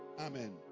Amen